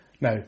Now